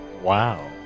Wow